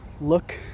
look